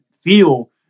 feel